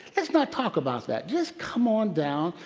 let's not talk about that. just come on down,